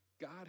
God